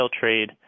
trade